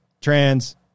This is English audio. trans